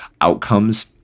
outcomes